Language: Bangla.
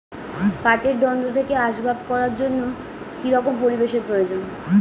পাটের দণ্ড থেকে আসবাব করার জন্য কি রকম পরিবেশ এর প্রয়োজন?